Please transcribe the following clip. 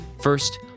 First